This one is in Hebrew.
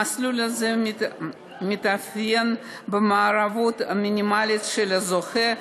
המסלול הזה מתאפיין במעורבות מינימלית של הזוכה,